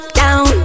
down